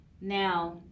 now